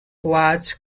was